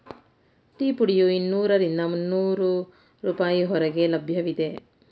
tea ಪುಡಿಯು ಇನ್ನೂರರಿಂದ ಮುನ್ನೋರು ರೂಪಾಯಿ ಹೊರಗೆ ಲಭ್ಯವಿದೆ